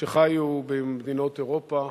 שחיו במדינות אירופה,